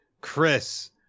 Chris